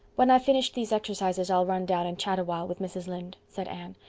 when i've finished these exercises i'll run down and chat awhile with mrs. lynde, said anne.